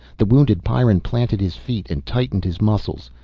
the wounded pyrran planted his feet and tightened his muscles.